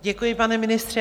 Děkuji, pane ministře.